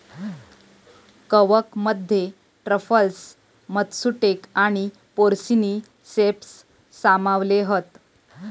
कवकमध्ये truffles, matsutake आणि porcini ceps सामावले हत